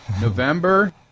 November